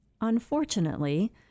Unfortunately